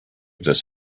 this